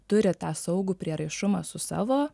turi tą saugų prieraišumą su savo